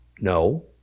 no